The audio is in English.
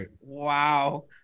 Wow